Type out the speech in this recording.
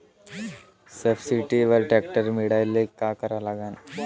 सबसिडीवर ट्रॅक्टर मिळवायले का करा लागन?